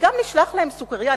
וגם נשלח להם סוכרייה,